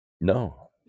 No